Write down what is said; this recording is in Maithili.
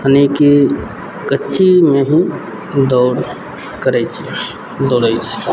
यानी कि कच्चीमे ही दौड़ करय छियै दौड़य छियै